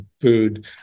food